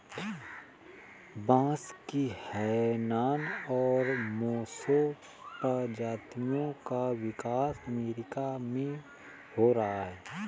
बांस की हैनान और मोसो प्रजातियों का विकास अमेरिका में हो रहा है